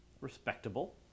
Respectable